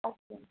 okay